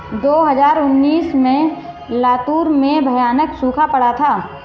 दो हज़ार उन्नीस में लातूर में भयानक सूखा पड़ा था